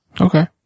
Okay